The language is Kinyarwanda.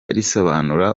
risobanura